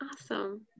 awesome